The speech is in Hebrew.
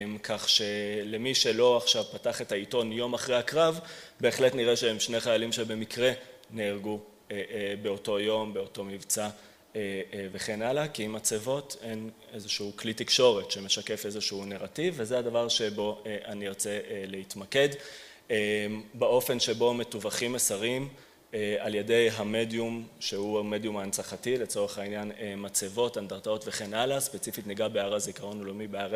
כך שמי שלא עכשיו פתח את העיתון יום אחרי הקרב, בהחלט נראה שהם שני חיילים שבמקרה נהרגו באותו יום, באותו מבצע וכן הלאה, כי עם מצבות הן איזשהו כלי תקשורת שמשקף איזשהו נרטיב, וזה הדבר שבו אני ארצה להתמקד, באופן שבו מתווכים מסרים על ידי המדיום, שהוא המדיום ההנצחתי לצורך העניין, מצבות, אנדרטאות וכן הלאה, ספציפית ניכר בהר הזיכרון הלאומי בארץ,